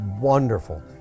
wonderful